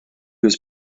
was